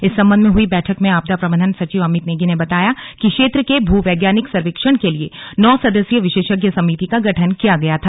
इस संबंध में हुई बैठक में आपदा प्रबंधन सचिव अमित नेगी ने बताया कि क्षेत्र के भू वैज्ञानिक सर्वेक्षण के लिए नौ सदस्यीय विशेषज्ञ समिति का गठन किया गया था